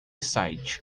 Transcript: site